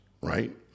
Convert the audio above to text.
right